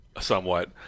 somewhat